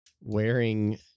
wearing